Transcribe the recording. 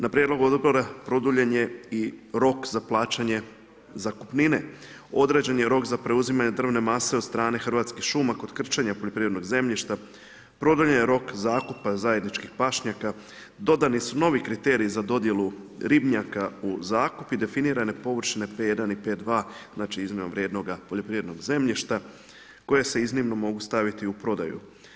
Na prijedlog odbora produljen je i rok za plaćanje zakupnine, određen je rok za preuzimanje drvne mase od strane Hrvatskih šuma kod krčenja poljoprivrednog zemljišta, produljen je rok zakupa zajedničkih pašnjaka, dodani su novi kriteriji za dodjelu ribnjaka u zakup i definirane površine P1 i P2 iznimno vrijednoga poljoprivrednog zemljišta koje se iznimno mogu staviti u prodaju.